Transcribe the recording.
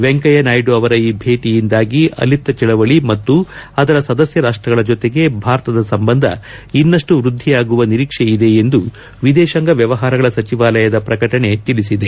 ವೆಂಕಯ್ಯ ನಾಯ್ಡ ಅವರ ಈ ಭೇಟಿಯಂದಾಗಿ ಅಲಿಪ್ತ ಚಳವಳಿ ಮತ್ತು ಅದರ ಸದಸ್ಯ ರಾಷ್ಟಗಳ ಜತೆಗೆ ಭಾರತದ ಸಂಬಂಧ ಇನ್ನಷ್ಟು ವೃದ್ಧಿಯಾಗುವ ನಿರೀಕ್ಷೆಯಿದೆ ಎಂದು ವಿದೇತಾಂಗ ವ್ಲವಹಾರಗಳ ಸಚಿವಾಲಯದ ಪ್ರಕಟಣೆ ತಿಳಿಸಿದೆ